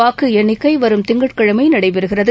வாக்கு எண்ணிக்கை வரும் திங்கட் கிழமை நடைபெறுகிறது